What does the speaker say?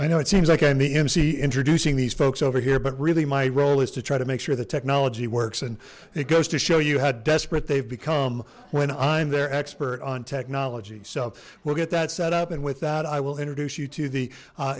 i know it seems like i'm the emcee introducing these folks over here but really my role is to try to make sure the technology works and it goes to show you how desperate they've become when i'm their expert on technology so we'll get that set up and with that i will introduce you to the